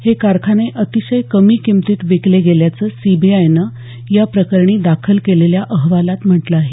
हे कारखाने अतिशय कमी किंमतीत विकले गेल्याचं सीबीआयनं या प्रकरणी दाखल केलेल्या तक्रारीत म्हटलं आहे